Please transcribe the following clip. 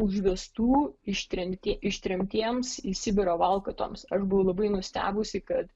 užvestų ištremti ištremtiems į sibirą valkatoms aš buvau labai nustebusi kad